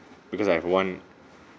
because I want